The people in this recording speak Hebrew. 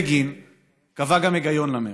בגין קבע גם היגיון למרד: